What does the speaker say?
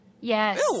Yes